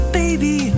baby